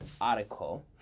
article